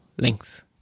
Length